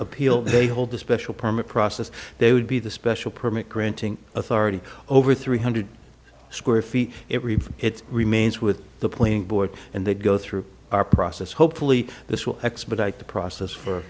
appeal they hold the special permit process they would be the special permit grant authority over three hundred square feet it reads it remains with the playing board and they go through our process hopefully this will expedite the process for